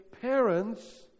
parents